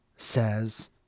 Says